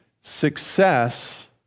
success